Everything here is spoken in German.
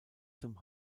zum